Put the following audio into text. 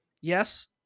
Yes